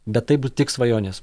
bet tai bus tik svajonės